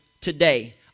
today